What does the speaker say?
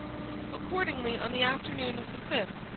accordingly, on the afternoon of the fifth,